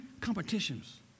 competitions